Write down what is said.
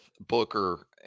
Booker